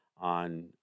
on